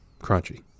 crunchy